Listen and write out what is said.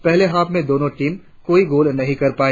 पहले हाफ में दोनो टीमे कोई गोल नहीं कर पाई